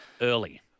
early